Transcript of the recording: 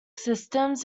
systems